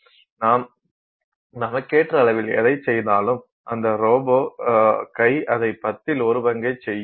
நாம் நமக்கேற்ற அளவில் எதைச் செய்தாலும் அந்த ரோபோ கை அதை பத்தில் ஒரு பங்கைச் செய்யும்